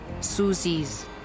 Susie's